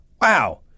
Wow